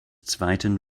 zweiten